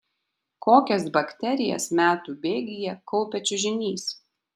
kokias bakterijas metų bėgyje kaupia čiužinys